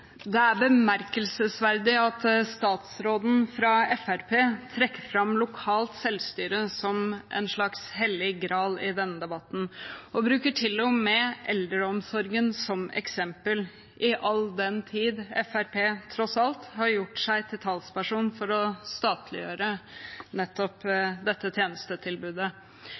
Det er bemerkelsesverdig at statsråden fra Fremskrittspartiet trekker fram lokalt selvstyre som en slags hellig gral i denne debatten, han bruker til og med eldreomsorgen som eksempel, all den tid Fremskrittspartiet tross alt har gjort seg til talsperson for å statliggjøre nettopp dette tjenestetilbudet.